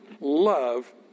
love